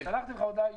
שלחתי אליך הודעה אישית.